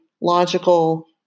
logical